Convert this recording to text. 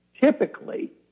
Typically